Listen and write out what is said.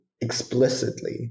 explicitly